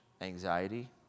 anxiety